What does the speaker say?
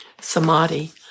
samadhi